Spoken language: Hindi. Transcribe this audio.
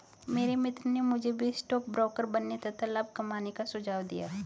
मेरे मित्र ने मुझे भी स्टॉक ब्रोकर बनने तथा लाभ कमाने का सुझाव दिया